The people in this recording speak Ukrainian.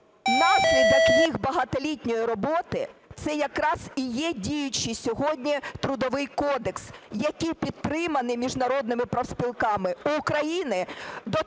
наслідок їх багатолітньої роботи це якраз і є діючий сьогодні Трудовий кодекс, який підтриманий міжнародними профспілками. В України